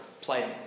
playing